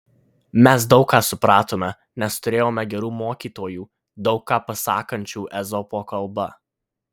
mes daug ką supratome nes turėjome gerų mokytojų daug ką pasakančių ezopo kalba